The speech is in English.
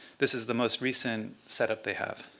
this is the most recent setup they have.